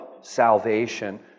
salvation